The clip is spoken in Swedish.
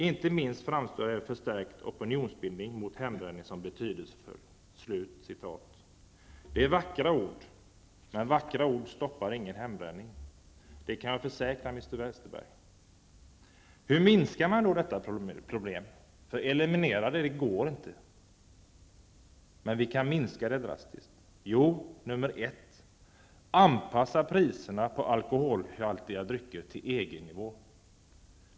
Inte minst framstår en förstärkt opinionsbildning mot hembränning som betydelsefull.'' Det är vackra ord, men vackra ord stoppar ingen hembränning, det kan jag försäkra herr Westerberg. Hur minskar man då omfattningen av hembränningen? Att eliminera detta problem går inte, men vi kan drastiskt minska dess omfattning. För det första: Anpassa priserna på alkoholhaltiga drycker till EG-nivå.